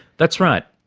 that's right.